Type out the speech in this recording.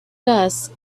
dust